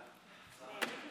העבודה והרווחה נתקבלה.